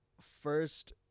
first